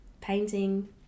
painting